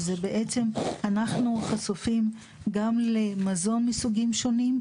בעצם אנחנו חשופים גם למזון מסוגים שונים.